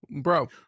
Bro